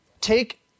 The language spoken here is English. take